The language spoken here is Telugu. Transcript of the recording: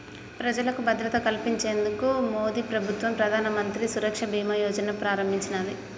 ప్రజలకు భద్రత కల్పించేందుకు మోదీప్రభుత్వం ప్రధానమంత్రి సురక్ష బీమా యోజనను ప్రారంభించినాది